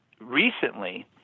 recently